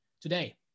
today